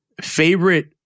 favorite